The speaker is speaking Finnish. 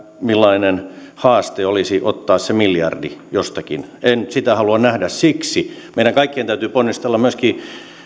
millainen haaste olisi ottaa se miljardi jostakin en sitä halua nähdä siksi meidän kaikkien täytyy ponnistella myöskin